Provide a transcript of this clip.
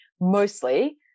mostly